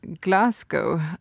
Glasgow